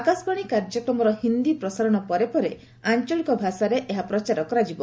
ଆକାଶବାଣୀ କାର୍ଯ୍ୟକ୍ରମର ହିନ୍ଦୀ ପ୍ରସାରଣ ପରେ ପରେ ଆଞ୍ଚଳିକ ଭାଷାରେ ଏହା ପ୍ରଚାର କରାଯିବ